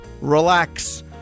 relax